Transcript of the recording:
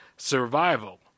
Survival